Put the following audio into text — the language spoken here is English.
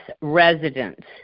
residents